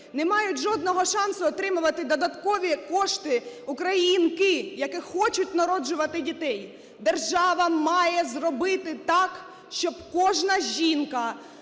Не мають жодного шансу отримувати додаткові кошти українки, які хочуть народжувати дітей. Держава має зробити так, щоб кожна жінка